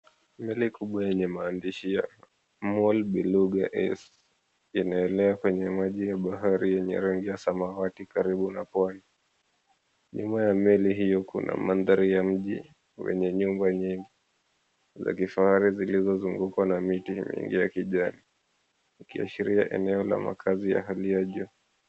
Meli kubwa yenye maandishi ya, "MOL BELUGA ACE," inaelea kwenye maji ya bahari yenye rangi ya samawati karibu na pwani. Nyuma ya meli hio kuna mandhari ya mji wenye nyumba nyingi za kifahari zilizozungukwa na miti mingi ya kijani ikiashiria eneo la makazi ya eneo la juu.